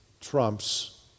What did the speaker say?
trumps